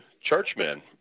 churchmen